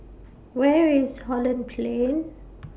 Where IS Holland Plain